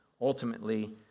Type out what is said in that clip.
ultimately